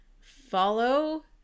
Follow